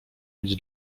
mieć